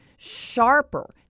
Sharper